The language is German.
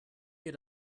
wir